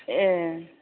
ए